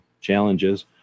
challenges